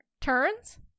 turns